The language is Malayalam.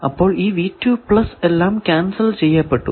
അപ്പോൾ ഈ എല്ലാം ക്യാൻസൽ ചെയ്യപ്പെട്ടു